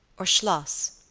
or schloss.